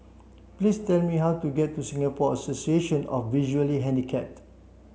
please tell me how to get to Singapore Association of Visually Handicapped